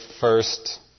first